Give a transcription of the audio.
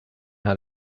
how